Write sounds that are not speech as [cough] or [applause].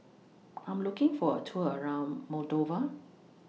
[noise] I'm looking For A Tour around Moldova